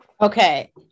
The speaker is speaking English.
okay